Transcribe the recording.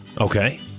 Okay